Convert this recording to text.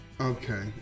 okay